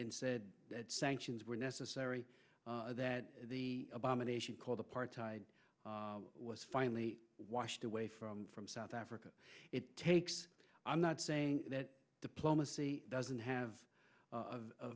and said that sanctions were necessary that the abomination called apartheid was finally washed away from from south africa it takes i'm not saying that diplomacy doesn't have